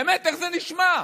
באמת, איך זה נשמע?